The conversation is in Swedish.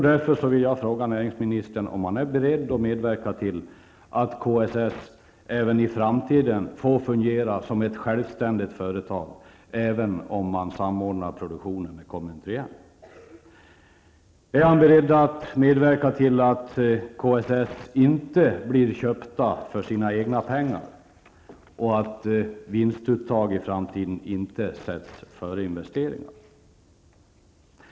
Därför frågar jag näringsministern om han är beredd att medverka till att Kloster Speedsteel även i framtiden får fungera som ett självständigt företag även om man samordnar produktionen med Commentryenne. Är näringsministern vidare beredd att medverka till att Kloster Speedsteel inte blir köpt för sina egna pengar och att vinstuttag i framtiden inte sätts före investeringar?